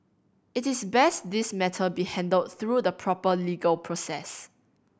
it is best this matter be handled through the proper legal process